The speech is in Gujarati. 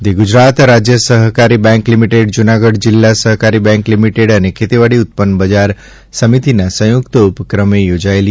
ધી ગુજરાત રાજ્ય સહકારી બેન્ક લીમીટેડ જૂનાગઢ જિલ્લા સહકારી બેન્ક લીમીટેડ અને ખેતીવાડી ઉત્પન્ન બજાર સમિતિના સંયુક્ત ઉપક્રમે યોજાયેલી